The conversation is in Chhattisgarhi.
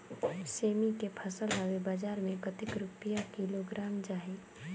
सेमी के फसल हवे बजार मे कतेक रुपिया किलोग्राम जाही?